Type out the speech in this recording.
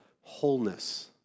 wholeness